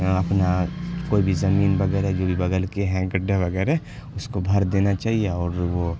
اپنا کوئی بھی زمین وغیرہ جو بھی بغل کے ہیں گڈھا وغیرہ اس کو بھر دینا چاہیے اور وہ